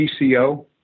PCO